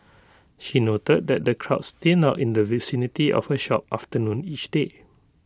she noted that the crowds thin out in the vicinity of her shop afternoon each day